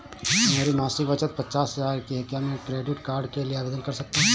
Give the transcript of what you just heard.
मेरी मासिक बचत पचास हजार की है क्या मैं क्रेडिट कार्ड के लिए आवेदन कर सकता हूँ?